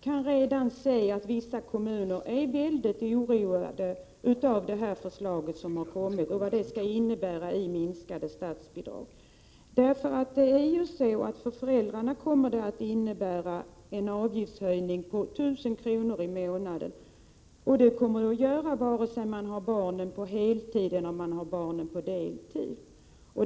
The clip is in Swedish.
kan redan se att vissa kommuner är mycket oroade av det förslag som har kommit med tanke på vad det innebär i form av minskade statsbidrag. För föräldrarna kommer det att innebära en avgiftshöjning på 1 000 kr. i månaden. Denna höjning får de oavsett om de har barnen placerade på heltid eller på deltid.